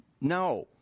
No